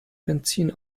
benzin